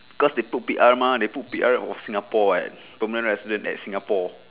cause they put P_R mah they put P_R of singapore eh permanent resident at singapore